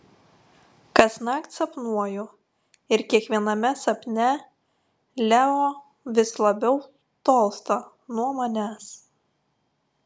kasnakt sapnuoju ir kiekviename sapne leo vis labiau tolsta nuo manęs